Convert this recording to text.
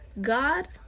God